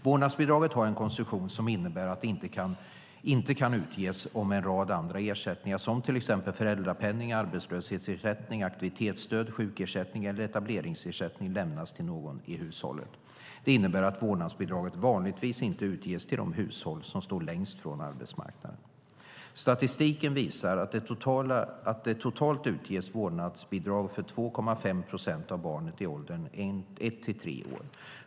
Vårdnadsbidraget har en konstruktion som innebär att det inte kan utges om en rad andra ersättningar, som föräldrapenning, arbetslöshetsersättning, aktivitetsstöd, sjukersättning eller etableringsersättning, lämnas till någon i hushållet. Det innebär att vårdnadsbidraget vanligtvis inte utges till de hushåll som står längst från arbetsmarknaden. Statistiken visar att det totalt utges vårdnadsbidrag för 2,5 procent av barnen i åldern 1-3 år.